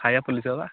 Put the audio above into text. ଖାଇବା ପୋଲିସ ହେବା